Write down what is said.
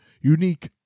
unique